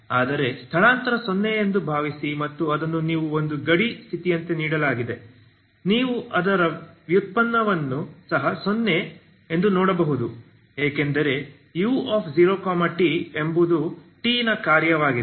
ಆದರೆ ಸ್ಥಳಾಂತರ 0 ಎಂದು ಭಾವಿಸಿ ಮತ್ತು ಅದನ್ನು ಒಂದು ಗಡಿ ಸ್ಥಿತಿಯಂತೆ ನೀಡಲಾಗಿದೆ ನೀವು ಅದರ ವ್ಯುತ್ಪನ್ನವು ಸಹ 0 ಎಂದು ನೋಡಬಹುದು ಏಕೆಂದರೆ u0t ಎಂಬುದು t ನ ಕಾರ್ಯವಾಗಿದೆ